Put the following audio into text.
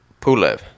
Pulev